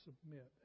submit